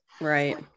Right